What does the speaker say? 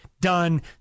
done